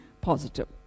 positive